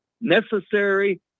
necessary